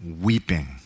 weeping